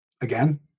Again